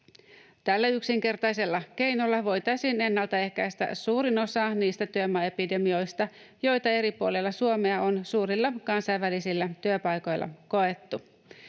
Tällä yksinkertaisella keinolla voitaisiin ennaltaehkäistä suurin osa niistä työmaaepidemioista, joita eri puolilla Suomea on suurilla kansainvälisillä työpaikoilla koettu.